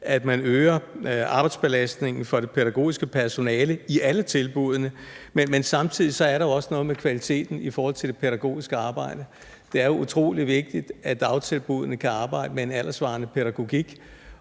at man øger arbejdsbelastningen for det pædagogiske personale i alle tilbuddene, og samtidig er der også noget med kvaliteten i forhold til det pædagogiske arbejde. Det er utrolig vigtigt, at dagtilbuddene kan arbejde med en alderssvarende pædagogik,